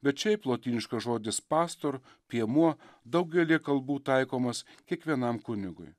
bet šiaip lotyniškas žodis pastor piemuo daugelyje kalbų taikomas kiekvienam kunigui